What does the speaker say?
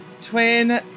Twin